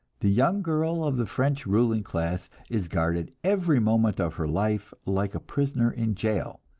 the young girl of the french ruling classes is guarded every moment of her life like a prisoner in jail.